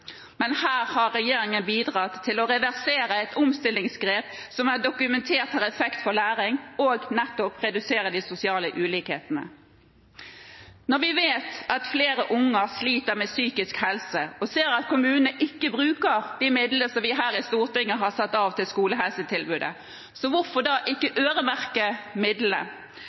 men her har regjeringen bidratt til å reversere et omstillingsgrep som har dokumentert effekt for læring, og for å redusere de sosiale ulikhetene. Når vi vet at flere unger sliter med psykisk helse og ser at kommunene ikke bruker de midlene som vi her i Stortinget har satt av til skolehelsetilbudet, hvorfor øremerker man ikke da midlene?